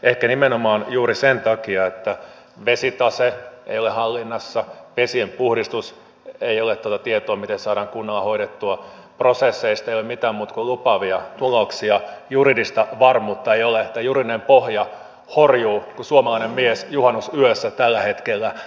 ehkä nimenomaan juuri sen takia että vesitase ei ole hallinnassa ei ole tietoa miten vesien puhdistus saadaan kunnolla hoidettua ja prosesseista ei ole mitään muuta kuin lupaavia tuloksia juridista varmuutta ei ole tai juridinen pohja horjuu kuin suomalainen mies juhannusyössä tällä hetkellä